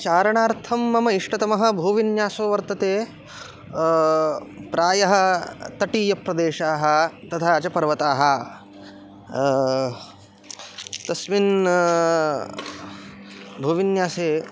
चारणार्थं मम इष्टतमः भूविन्यासो वर्तते प्रायः तटीयप्रदेशाः तथा च पर्वताः तस्मिन् भूविन्यासे